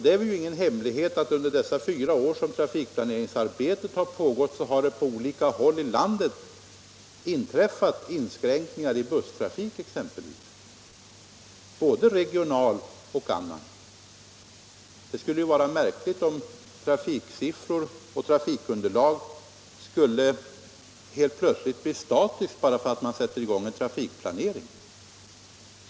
Det är ingen hemlighet att under de fyra år som trafikplaneringsarbetet har pågått har det på olika håll i landet skett inskränkningar i busstrafiken exempelvis. Det skulle vara märkligt om trafiksiffror och trafikunderlag helt plötsligt blir statiska därför att man sätter i gång en trafikplanering.